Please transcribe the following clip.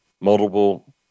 multiple